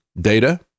data